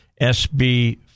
SB